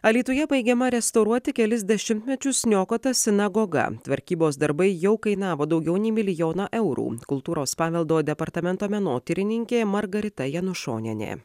alytuje baigiama restauruoti kelis dešimtmečius niokota sinagoga tvarkybos darbai jau kainavo daugiau nei milijoną eurų kultūros paveldo departamento menotyrininkė margarita janušonienė